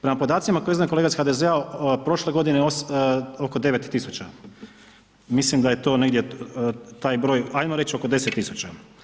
Prema podacima koje je iznio kolega iz HDZ-a prošle godine oko 9.000, mislim da je to negdje taj broj, ajmo reć oko 10.000.